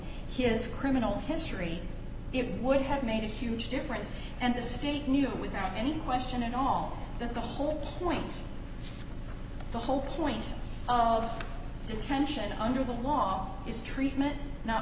his criminal history it would have made a huge difference and the state knew without any question at all that the whole point the whole point of detention under the law is treatment not